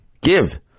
Give